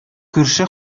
күрше